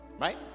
Right